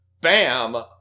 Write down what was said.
Bam